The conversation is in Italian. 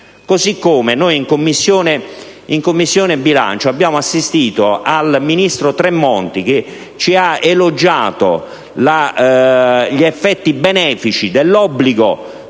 questo condono. In Commissione bilancio abbiamo assistito ad un ministro Tremonti che ci ha elogiato gli effetti benefici dell'obbligo